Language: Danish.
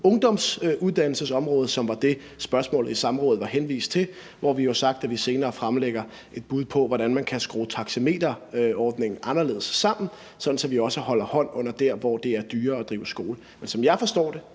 ungdomsuddannelsesområdet, som var det, spørgsmålet under samrådet var henvist til, og hvor vi jo har sagt, at vi senere fremlægger bud på, hvordan man kan skrue taxameterordningen anderledes sammen, sådan at vi også holder hånden under der, hvor det er dyrere at drive skole.